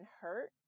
hurt